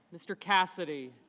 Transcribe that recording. mr. cassidy